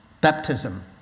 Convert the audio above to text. Baptism